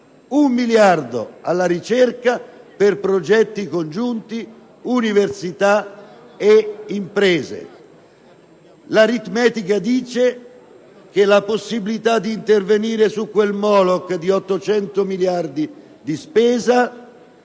un miliardo alla ricerca per progetti congiunti università-imprese. L'aritmetica dice che la possibilità di intervenire su quel Moloch di 800 miliardi di spesa